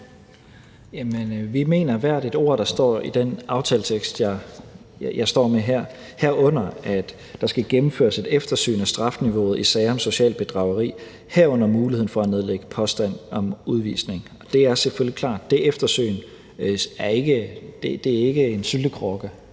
vi mener hvert et ord, der står i den aftaletekst, jeg står med her, herunder at der skal gennemføres et eftersyn af strafniveauet i sager om socialt bedrageri, herunder muligheden for at nedlægge påstand om udvisning. Det er selvfølgelig klart. Det eftersyn er ikke en syltekrukke.